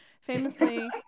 famously